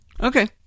Okay